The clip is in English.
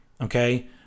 okay